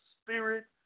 Spirit